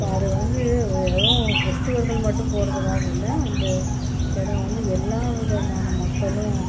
இப்போ அது வந்து வெறும் கிறிஸ்துவர்கள் மட்டும் போகிறத்துக்காக இல்லை அந்த இடம் வந்து எல்லா விதமான மக்களும்